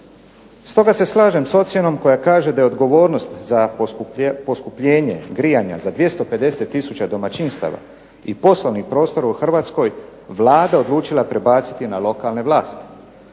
Stoga se slažem s ocjenom koja kaže da je odgovornost za poskupljenje grijanja za 250 tisuća domaćinstava i poslovnih prostora u Hrvatskoj Vlada odlučila prebaciti na lokalne vlasti.